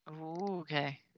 Okay